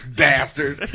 bastard